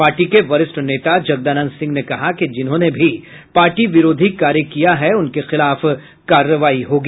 party ने वरिष्ठ नेता जगदानंद सिंह ने कहा कि जिन्होंने ने भी पार्टी विरोधी कार्य किया है उनके खिलाफ कार्रवाई होगी